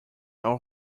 our